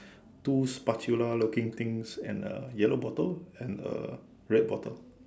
two spatula looking things and a yellow bottle and a red bottle